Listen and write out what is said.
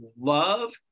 love